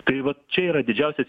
tai vat čia yra didžiausias